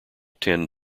ten